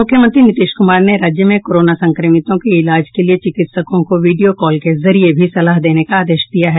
मुख्यमंत्री नीतीश कुमार ने राज्य में कोरोना संक्रमितों के इलाज के लिये चिकित्सकों को वीडियो कॉल के जरिये भी सलाह देने का आदेश दिया है